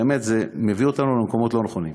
באמת, זה מביא אותנו למקומות לא נכונים.